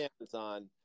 Amazon